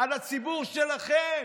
לציבור שלכם.